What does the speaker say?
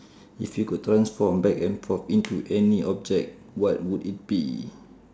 if you could transform back and forth into any object what would it be